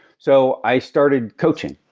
so i started coaching.